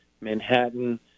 Manhattan